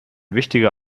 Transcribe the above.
wichtiger